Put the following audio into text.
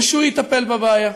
ושהוא יטפל בבעיה.